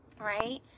Right